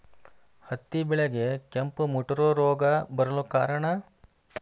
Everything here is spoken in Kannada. ಹತ್ತಿ ಬೆಳೆಗೆ ಕೆಂಪು ಮುಟೂರು ರೋಗ ಬರಲು ಕಾರಣ?